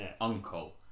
uncle